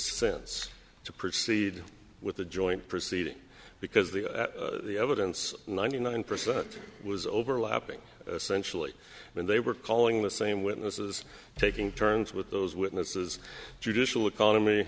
sense to proceed with a joint proceeding because the evidence ninety nine percent was overlapping essentially and they were calling the same witnesses taking turns with those witnesses judicial economy